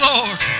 Lord